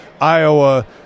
Iowa